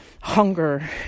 hunger